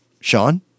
Sean